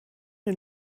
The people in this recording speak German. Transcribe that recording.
den